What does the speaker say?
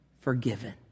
forgiven